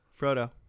frodo